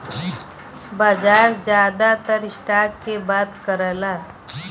बाजार जादातर स्टॉक के बात करला